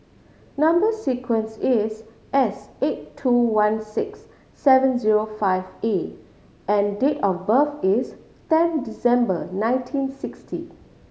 number sequence is S eight two one six seven zero five A and date of birth is ten December nineteen sixty